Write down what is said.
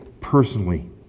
personally